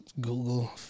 Google